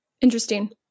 Interesting